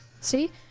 See